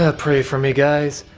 ah pray for me guys.